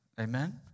amen